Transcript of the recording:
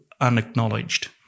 unacknowledged